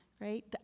right